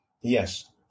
Yes